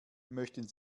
möchten